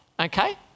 Okay